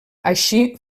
així